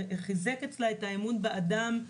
זה חיזק אצלה את האמון באדם,